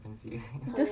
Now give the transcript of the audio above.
confusing